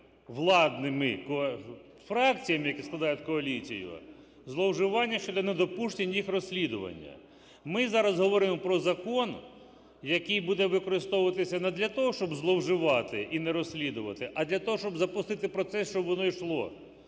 владними фракціями, які складають коаліцію, зловживання щодо недопущення їх розслідування. Ми зараз говоримо про закон, який буде використовуватися не для того, щоб зловживати і не розслідувати, а для того, щоб запустити процес, щоб воно йшло.